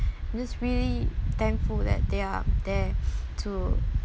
I'm just really thankful that they're there to